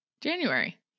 january